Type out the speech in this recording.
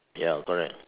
ya correct